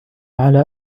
على